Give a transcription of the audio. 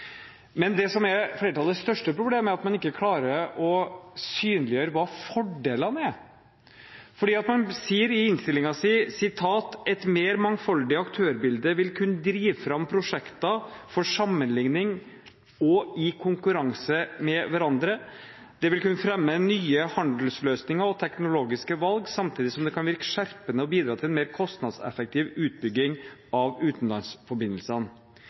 Det som er flertallets største problem, er at man ikke klarer å synliggjøre hva fordelene er. Man skriver i innstillingen: «Et mer mangfoldig aktørbilde vil kunne drive frem prosjekter for sammenlikning og i konkurranse med hverandre. Konkurranse vil kunne fremme nye handelsløsninger og teknologiske valg, samtidig som det kan virke skjerpende og bidra til en mer kostnadseffektiv utbygging av